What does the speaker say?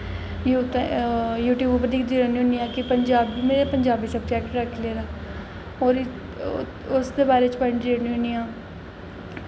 YouTube पर दिखदी रौह्न्नी होन्नी आं कि में पंजाबी सबजैक्ट रक्खी लेदा उसदे बारे च पढ़दी रौह्न्नी होन्नी आं